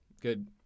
good